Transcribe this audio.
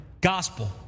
gospel